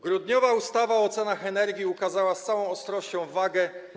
Grudniowa ustawa o cenach energii ukazała z całą ostrością wagę.